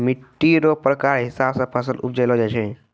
मिट्टी रो प्रकार हिसाब से फसल उपजैलो जाय छै